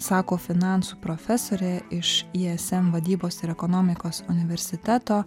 sako finansų profesorė iš ism vadybos ir ekonomikos universiteto